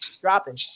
dropping